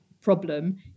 problem